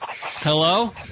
Hello